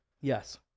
Yes